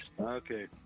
okay